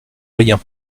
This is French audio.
rien